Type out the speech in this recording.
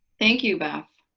thank you, beth.